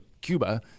Cuba